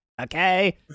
Okay